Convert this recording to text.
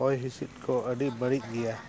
ᱦᱚᱭ ᱦᱤᱸᱥᱤᱫ ᱠᱚ ᱟᱹᱰᱤ ᱵᱟᱹᱲᱤᱡ ᱜᱮᱭᱟ